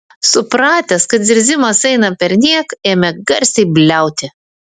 supratęs kad zirzimas eina perniek ėmė garsiai bliauti